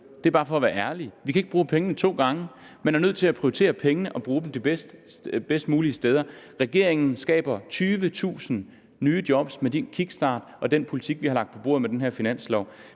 Det er bare for at være ærlig. Vi kan ikke bruge pengene to gange. Man er nødt til at prioritere pengene og bruge dem de bedst mulige steder. Regeringen skaber 20.000 nye job med den kickstart og den politik, vi har lagt på bordet med den her finanslov.